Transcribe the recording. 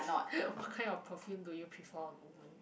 what kind of perfume do you prefer on women